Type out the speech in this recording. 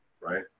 right